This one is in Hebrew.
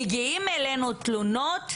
מגיעים אלינו תלונות,